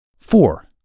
Four